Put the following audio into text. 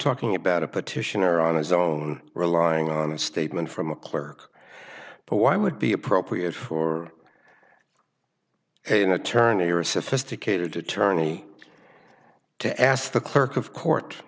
talking about a petitioner on his own relying on a statement from a clerk but why would be appropriate for an attorney or sophisticated to turn me to ask the clerk of court